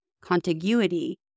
contiguity